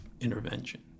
intervention